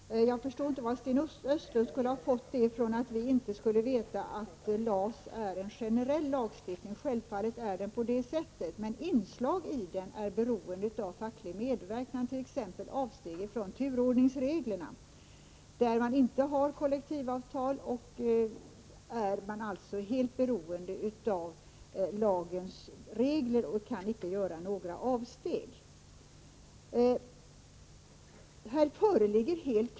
Herr talman! Jag förstår inte varifrån Sten Östlund har fått föreställningen att vi inte skulle veta att LAS är en generell lag. Självfallet är det så. Men inslag i den är beroende av facklig medverkan, t.ex. avsteg från turordningsreglerna. Där man inte har kollektivavtal är man helt beroende av lagens regler och kan icke göra några avsteg.